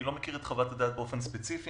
אני לא מכיר את חוות הדעת באופן ספציפי,